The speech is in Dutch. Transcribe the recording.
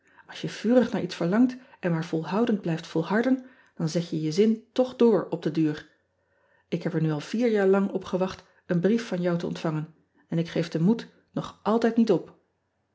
ls je vurig naar iets verlangt en maar volhoudend blijft volharden dan zet je je zin toch door op den duur k heb er nu al vier jaar lang op gewacht een brief van jou te ontvangen en ik geef den moed nog altijd niet op